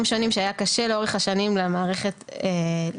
שונים שהיה קשה לאורך השנים למערכת להשיג.